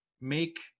Make